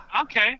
Okay